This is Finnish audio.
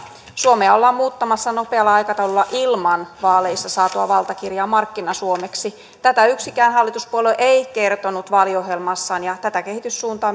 suomea ollaan muuttamassa nopealla aikataululla ilman vaaleissa saatua valtakirjaa markkina suomeksi tätä yksikään hallituspuolue ei kertonut vaaliohjelmassaan ja tätä kehityssuuntaa